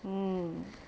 mm